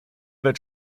wird